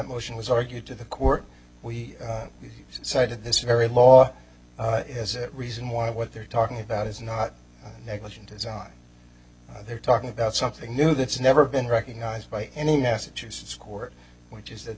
motion was argued to the court we cited this very law as a reason why what they're talking about is not negligent design they're talking about something new that's never been recognized by any massachusetts court which is th